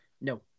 No